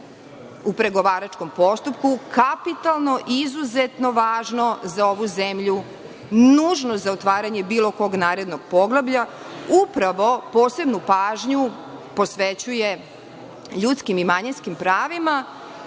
u pregovaračkom postupku kapitalno i izuzetno važno za ovu zemlju, nužno za otvaranje bilo kog narednog poglavlja, upravo posebnu pažnju posvećuje ljudskim i manjinskim pravima.